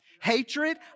hatred